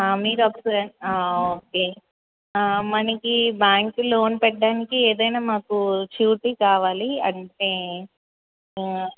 మీరు ఒకసారి ఓకే మనకి బ్యాంకు లోన్ పెట్టడానికి ఏదైనా మాకు షూరిటీ కావాలి అంటే